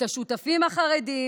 את השותפים החרדים,